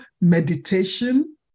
meditation